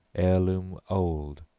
heirloom old,